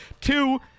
Two